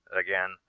again